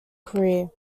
career